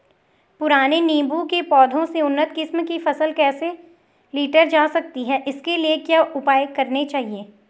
पुराने नीबूं के पौधें से उन्नत किस्म की फसल कैसे लीटर जा सकती है इसके लिए क्या उपाय करने चाहिए?